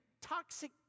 toxic